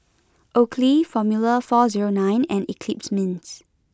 Oakley Formula four zero nine and Eclipse Mints